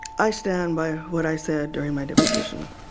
i? stand by what i said during my deposition,